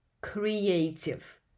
creative